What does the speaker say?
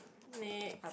Nick